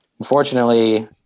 Unfortunately